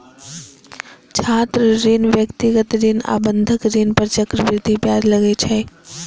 छात्र ऋण, व्यक्तिगत ऋण आ बंधक ऋण पर चक्रवृद्धि ब्याज लागै छै